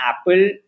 Apple